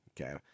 okay